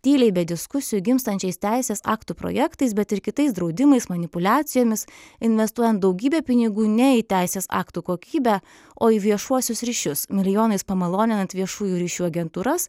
tyliai be diskusijų gimstančiais teisės aktų projektais bet ir kitais draudimais manipuliacijomis investuojant daugybę pinigų ne į teisės aktų kokybę o į viešuosius ryšius milijonais pamaloninant viešųjų ryšių agentūras